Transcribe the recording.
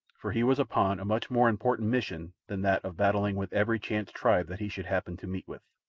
for he was upon a much more important mission than that of battling with every chance tribe that he should happen to meet with.